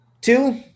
two